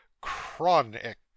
Chronic